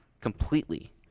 completely